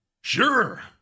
Sure